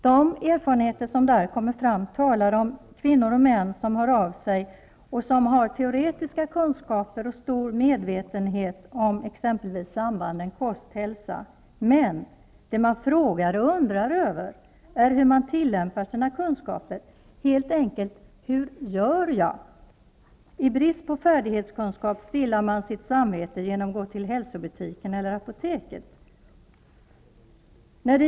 Där redovisas erfarenheter av kvinnor och män som har teoretiska kunskaper och stor medvetenhet om exempelvis sambanden mellan kost och hälsa, men det som man frågar och undrar över är hur de egna kunskaperna skall tillämpas -- helt enkelt: Hur gör jag? I brist på färdighetskunskap stillar man sitt samvete genom att gå till hälsobutiken eller apoteket.